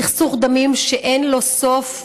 סכסוך דמים שאין לו סוף,